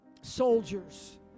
soldiers